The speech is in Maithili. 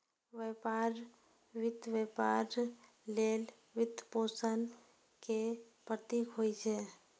व्यापार वित्त व्यापार लेल वित्तपोषण के प्रतीक होइ छै